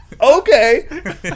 Okay